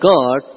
God